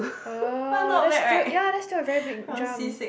oh that's still ya that's still a very big jump